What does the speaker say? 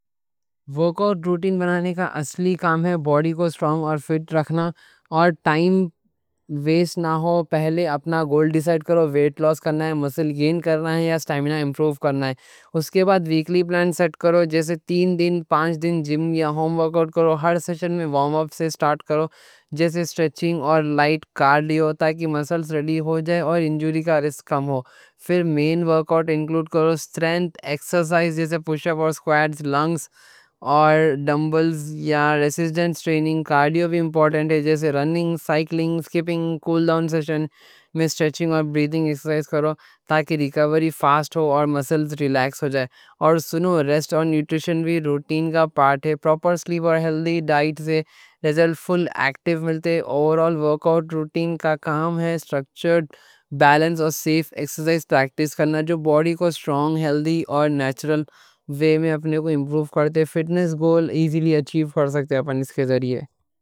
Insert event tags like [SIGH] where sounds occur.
ورک آؤٹ روٹین بنانے کا اصلی کام ہے باڈی کو سٹرونگ اور فِٹ رکھنا۔ اور [HESITATION] ٹائم ویسٹ نہ ہو، پہلے اپنا گول ڈیسائیڈ کرو، ویٹ لوس کرنا ہے۔ مسل گین کرنا ہے یا سٹامینا امپروو کرنا ہے، اس کے بعد ویکلی پلان سیٹ کرو جیسے تین دن، پانچ دن جم یا ہوم ورک آؤٹ کرو، ہر سیشن میں وارم اپ سے سٹارٹ کرو۔ جیسے اسٹریچنگ اور لائٹ کارڈیو تاکہ مسلز ریلکس ہو جائیں اور انجری کا رسک کم ہو۔ پھر مین ورک آؤٹ انکلوڈ کرو سٹرینتھ ایکسرسائز جیسے پُش اپ، اسکواٹس، لنجز اور [HESITATION] ڈمبلز یا ریزسٹنس ٹریننگ۔ کارڈیو بھی امپورٹنٹ ہے جیسے رننگ، سائیکلنگ، سکپنگ، کول ڈاؤن سیشن میں اسٹریچنگ اور بریتھنگ ایکسرسائز کرو تاکہ ریکوری فاسٹ ہو اور مسلز ریلیکس ہو جائیں۔ اور ریسٹ اور نیوٹریشن بھی روٹین کا پارٹ ہے۔ پروپر سلیپ اور ہیلدی ڈائٹ سے رزلٹ فل اور ایفیکٹو ملتے ہے۔ اوورآل ورک آؤٹ روٹین کا کام ہے سٹرکچرڈ بیلنس اور سیف ایکسرسائز پریکٹس کرنا، جو باڈی کو سٹرونگ، ہیلدی اور نیچرل وے میں اپنے کو امپروو کرتے۔ فٹنس گول ایزیلی اچیو کر سکتے اپنے اس کے ذریعے۔